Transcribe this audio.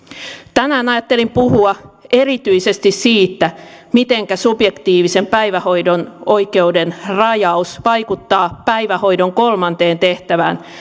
tänään ajattelin puhua erityisesti siitä mitenkä subjektiivisen päivähoidon oikeuden rajaus vaikuttaa päivähoidon kolmanteen tehtävään